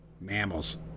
Mammals